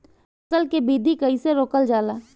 फसल के वृद्धि कइसे रोकल जाला?